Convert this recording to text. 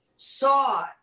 Saw